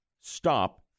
stop